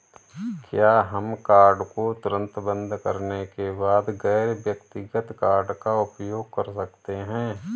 क्या हम कार्ड को तुरंत बंद करने के बाद गैर व्यक्तिगत कार्ड का उपयोग कर सकते हैं?